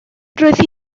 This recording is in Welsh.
roedd